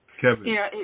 Kevin